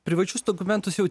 privačius dokumentus jau